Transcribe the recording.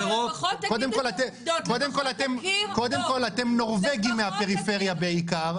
קודם כל אתם נורבגים מהפריפריה בעיקר.